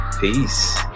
Peace